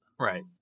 right